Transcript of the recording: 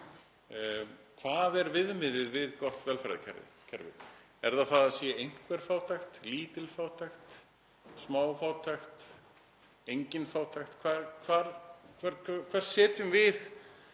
Hvert er viðmiðið við gott velferðarkerfi? Er það að það sé einhver fátækt, lítil fátækt, smá fátækt, engin fátækt? Hvar setjum við